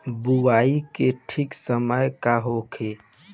बुआई के ठीक समय का होखे?